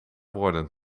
woorden